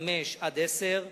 (5) (10)